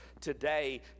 today